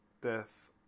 death